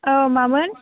औ मामोन